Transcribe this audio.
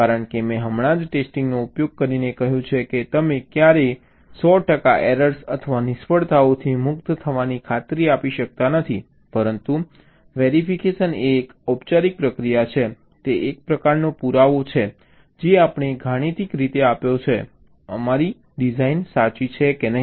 કારણ કે મેં હમણાં જ ટેસ્ટિંગનો ઉપયોગ કરીને કહ્યું છે કે તમે ક્યારેય 100 ટકા એરર્સ અથવા નિષ્ફળતાઓથી મુક્ત થવાની ખાતરી આપી શકતા નથી પરંતુ વેરિફિકેશન એ એક ઔપચારિક પ્રક્રિયા છે તે એક પ્રકારનો પુરાવો છે જે આપણે ગાણિતિક રીતે આપ્યો છે તમારી ડિઝાઇન સાચી છે કે નહીં